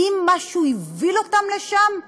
האם משהו הוביל אותם לשם?